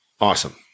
awesome